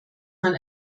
man